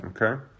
Okay